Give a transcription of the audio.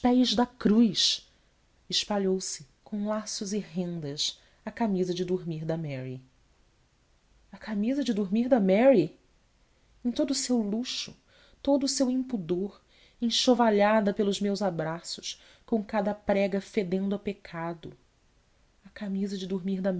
pés da cruz espalhou-se com laços e rendas a camisa de dormir da mary a camisa de dormir da mary em todo o seu luxo todo o seu impudor enxovalhada pelos meus abraços com cada prega fedendo a pecado a camisa de dormir da